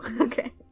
okay